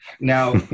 Now